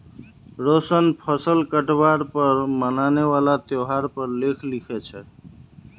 रोशन फसल काटवार पर मनाने वाला त्योहार पर लेख लिखे छे